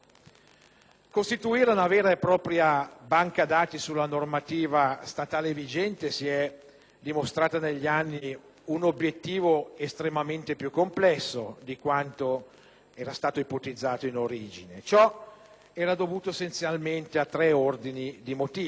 Costituire una vera e propria banca dati della normativa statale vigente si è dimostrato negli anni un obiettivo estremamente più complesso di quanto era stato ipotizzato in origine. Ciò era dovuto essenzialmente a tre ordini di motivi.